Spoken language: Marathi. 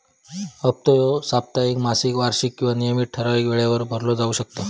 हप्तो ह्यो साप्ताहिक, मासिक, वार्षिक किंवा नियमित ठरावीक वेळेवर भरलो जाउ शकता